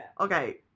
Okay